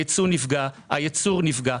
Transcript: הייצוא והייצור נפגעים.